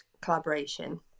collaboration